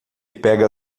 pega